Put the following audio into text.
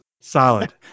Solid